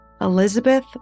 Elizabeth